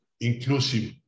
inclusive